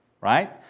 right